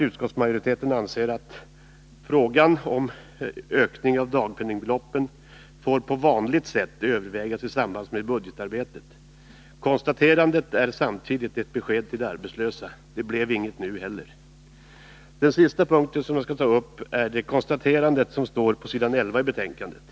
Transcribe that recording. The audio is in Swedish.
Utskottsmajoriteten säger: ”Frågan om ökning av dagpenningbeloppen får på vanligt sätt övervägas i samband med budgetarbetet.” Konstaterandet är samtidigt ett besked till de arbetslösa: Det blev inget nu heller. Den sista punkten som jag skall ta upp är det konstaterande som står på s. 11i betänkandet.